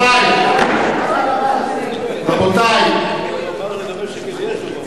מה זה הדבר הזה?